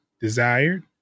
desired